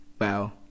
wow